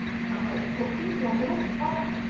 can't wait to talk to you down below. bye.